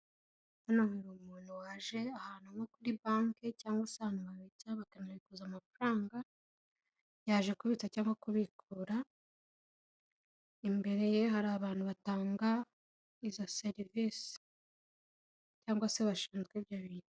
Hano hari umuntu waje ahantu nko kuri banke cyangwa se ahantu babitsa bakanabikuza amafaranga, yaje kubitsa cyangwa kubikura, imbere ye hari abantu batanga izo serivise cyangwa se bashinzwe ibyo bintu.